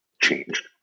changed